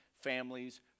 families